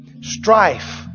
Strife